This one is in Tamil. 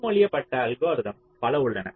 முன்மொழியப்பட்ட அல்கோரிதம் பல உள்ளன